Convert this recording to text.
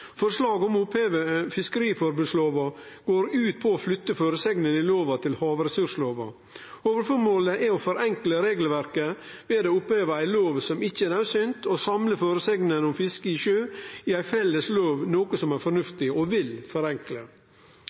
Forslaget om å oppheve fiskeriforbodslova går ut på å flytte føresegnene i lova til havressurslova. Hovudformålet er å forenkle regelverket ved å oppheve ei lov som ikkje er naudsynt, og samle føresegner om fisket i sjø i ei felles lov, noko som er fornuftig, og som vil forenkle.